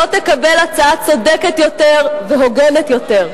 לא תקבל הצעה צודקת יותר והוגנת יותר.